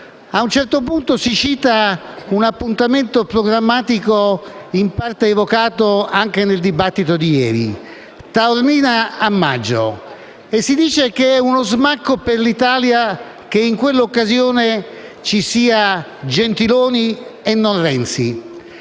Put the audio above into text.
A un certo punto si cita un appuntamento programmatico in parte evocato anche nel dibattito di ieri (Taormina a maggio) e si dice che sia uno smacco per l'Italia che in quella occasione ci sia Gentiloni Silveri e non Renzi.